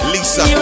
Lisa